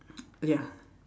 ya